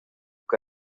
que